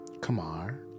Kamar